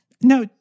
Now